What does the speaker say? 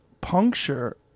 puncture